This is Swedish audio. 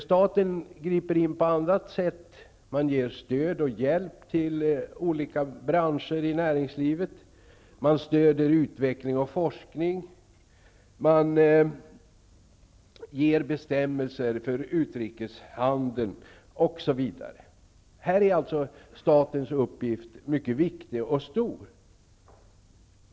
Staten griper in på annat sätt, ger stöd och hjälp till olika branscher i näringslivet, ger stöd till forskning och utveckling och skapar bestämmelser för utrikeshandeln, osv. Här är statens uppgift mycket viktig och stor.